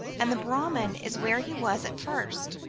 and the brahmin is where he was at first.